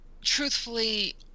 truthfully